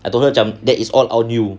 I told her macam that is all on you